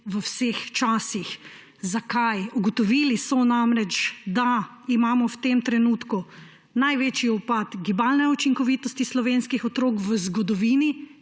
v vseh časih. Zakaj? Ugotovili so namreč, da imamo v tem trenutku največji upad gibalne učinkovitosti slovenskih otrok v zgodovini